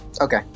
Okay